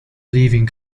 leaving